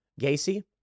Gacy